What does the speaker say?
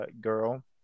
girl